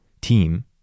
team